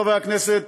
חברי הכנסת,